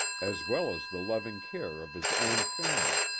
as well as the loving care of his own family,